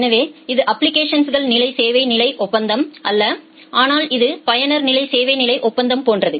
எனவே இது அப்ளிகேஷன்கள் நிலை சேவை நிலை ஒப்பந்தம் அல்ல ஆனால் இது பயனர் நிலை சேவை நிலை ஒப்பந்தம் போன்றது